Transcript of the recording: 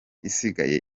isigaye